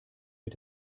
mit